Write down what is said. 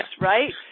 right